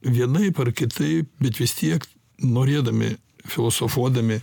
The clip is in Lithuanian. vienaip ar kitaip bet vis tiek norėdami filosofuodami